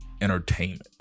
entertainment